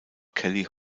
kelly